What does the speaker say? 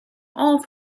all